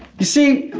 you see,